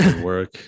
work